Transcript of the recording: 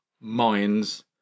minds